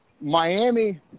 Miami